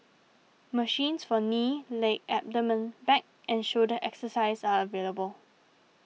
machines for knee leg abdomen back and shoulder exercises are available